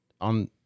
on